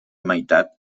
meitat